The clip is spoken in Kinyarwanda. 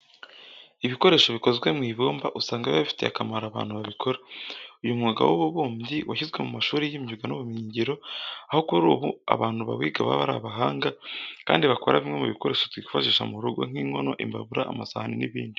Ibikoresho bikozwe mu ibumba usanga biba bifitiye akamaro abantu babikora. Uyu mwuga w'ububumbyi washyizwe mu mashuri y'imyuga n'ubumenyingiro, aho kuri ubu abantu bawiga baba ari abahanga kandi bakora bimwe mu bikoresho twifashisha mu rugo nk'inkono, imbabura, amasahani n'ibindi.